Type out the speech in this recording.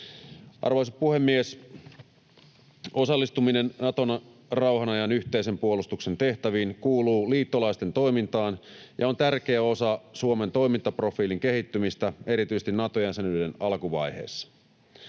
Arvoisa puhemies! Osallistuminen Naton rauhanajan yhteisen puolustuksen tehtäviin kuuluu liittolaisten toimintaan ja on tärkeä osa Suomen toimintaprofiilin kehittymistä erityisesti Nato-jäsenyyden alkuvaiheessa.